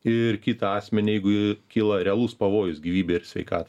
ir kitą asmenį jeigu kyla realus pavojus gyvybei ir sveikatai